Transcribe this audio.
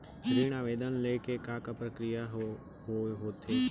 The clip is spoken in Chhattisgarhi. ऋण आवेदन ले के का का प्रक्रिया ह होथे?